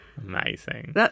Amazing